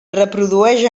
reprodueix